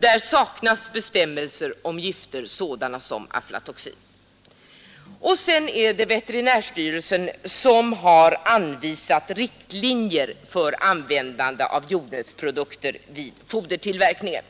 Där saknas bestämmelser om gifter sådana som aflatoxin. Sedan är det veterinärstyrelsen som har anvisat riktlinjer för användande av jordnötsprodukter vid fodertillverkningen.